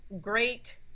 great